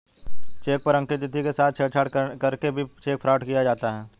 check पर अंकित तिथि के साथ छेड़छाड़ करके भी चेक फ्रॉड किया जाता है